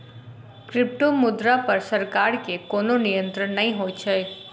क्रिप्टोमुद्रा पर सरकार के कोनो नियंत्रण नै होइत छै